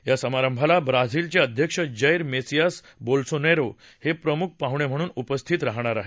या समारंभाला ब्राझिलचे अध्यक्ष जैर मेसियास बॉलसोनरो हे प्रमुख पाहणे म्हणून उपस्थित राहणार आहेत